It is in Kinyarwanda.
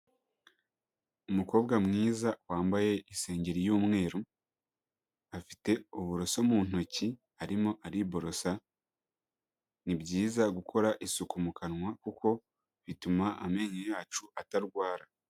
Umukobwa mwiza wambaye isengeri y'umweru, afite uburoso mu ntoki arimo ariborosa. Ni byiza gukora isuku mu kanwa kuko bituma amenyo yacu atarwara.